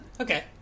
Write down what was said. Okay